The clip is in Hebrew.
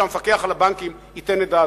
שהמפקח על הבנקים ייתן את דעתו.